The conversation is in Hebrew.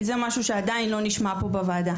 זה משהו שעדיין לא נשמע פה בוועדה.